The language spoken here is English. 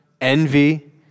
envy